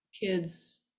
kids